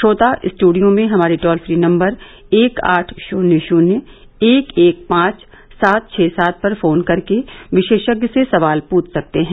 श्रोता स्टूडियो में हमारे टोल फ्री नम्बर एक आठ शून्य शून्य एक एक पांच सात छः सात पर फोन करके विशेषज्ञ से सवाल पूछ सकते हैं